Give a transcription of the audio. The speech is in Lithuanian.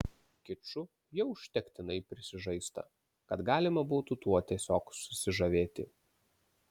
kiču jau užtektinai prisižaista kad galima būtų tuo tiesiog susižavėti